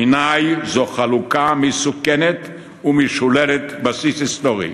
בעיני זו חלוקה מסוכנת ומשוללת בסיס היסטורי.